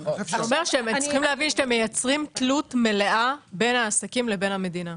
אתם צריכים להבין שאתם מייצרים תלות מלאה בין העסקים לבין המדינה.